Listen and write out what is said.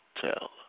tell